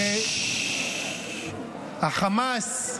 שחמאס,